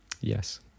Yes